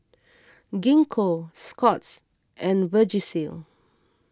Gingko Scott's and Vagisil